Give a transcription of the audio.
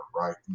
Right